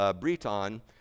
Briton